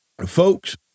folks